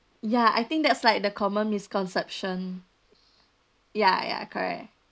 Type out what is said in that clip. ya I think that's like the common misconception ya ya correct